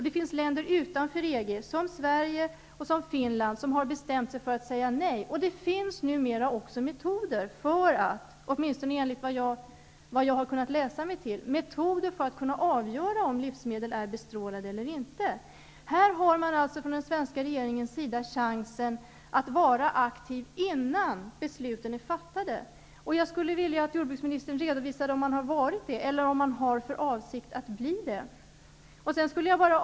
Det finns länder utanför EG -- t.ex. Sverige och Finland -- som har bestämt sig för att säga nej. Det finns numera metoder för att -- åtminstone enligt vad jag har kunnat läsa mig till -- kunna avgöra om livsmedel är bestrålade eller inte. Här har man således från den svenska regeringens sida chansen att vara aktiv innan besluten är fattade. Jag skulle vilja att jordbruksministern redovisade om man har varit det eller om man har för avsikt att bli det.